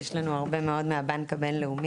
יש לנו הרבה מאוד מהבנק הבינלאומי,